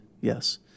Yes